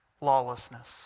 lawlessness